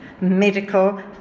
Medical